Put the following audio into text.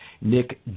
Nick